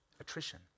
attrition